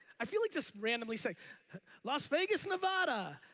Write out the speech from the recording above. i feel like just randomly say las vegas, nevada